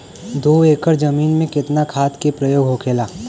दो एकड़ जमीन में कितना खाद के प्रयोग होखेला?